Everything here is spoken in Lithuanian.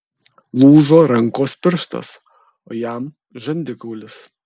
lūžo rankos pirštas o jam žandikaulis